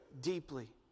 deeply